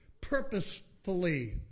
purposefully